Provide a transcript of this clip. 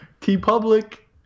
T-Public